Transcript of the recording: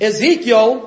Ezekiel